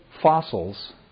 fossils